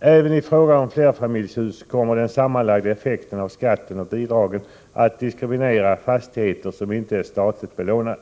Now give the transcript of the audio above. Även i fråga om flerfamiljshus kommer den sammanlagda effekten av skatten och bidragen att diskriminera fastigheter som inte är statligt belånade.